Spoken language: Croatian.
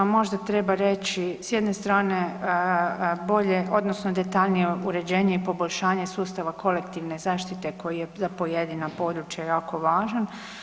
Možda treba reći s jedne strane bolje odnosno detaljnije uređenje i poboljšanje sustava kolektivne zaštite koji je za pojedina područja jako važan.